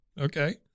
Okay